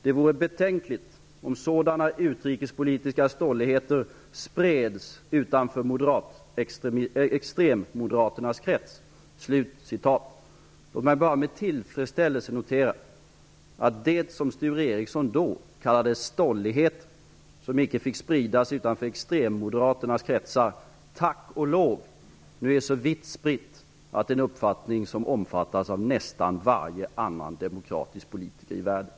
Det vore betänkligt om sådana utrikespolitiska stolligheter spreds utanför extremmoderaternas krets. Låt mig bara med tillfredsställelse notera att det som Sture Ericson då kallade för stolligheter som icke fick spridas utanför extremmoderaternas kretsar tack och lov nu är så vitt spritt att det är en uppfattning som omfattas av nästan varje annan demokratisk politiker i världen.